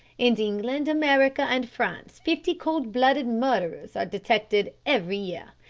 in england, america, and france fifty cold-blooded murders are detected every year.